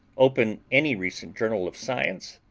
open any recent journal of science,